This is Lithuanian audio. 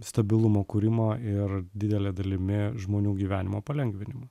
stabilumo kūrimo ir didele dalimi žmonių gyvenimo palengvinimą